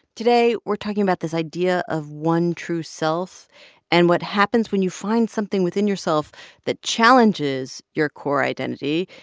today, we're talking about this idea of one true self and what happens when you find something within yourself that challenges your core identity,